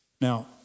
Now